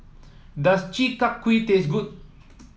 does Chi Kak Kuih taste good